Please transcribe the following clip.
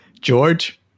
George